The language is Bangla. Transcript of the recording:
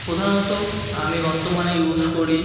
প্রধানত আমি বর্তমানে ইউজ করি